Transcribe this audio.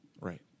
right